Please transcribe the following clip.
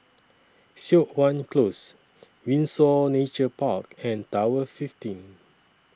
Siok Wan Close Windsor Nature Park and Tower fifteen